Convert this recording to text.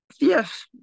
yes